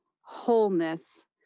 wholeness